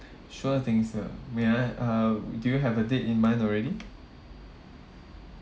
sure thing sir may I uh do you have a date in mind already